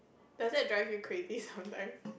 does that drive you crazy sometimes